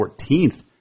14th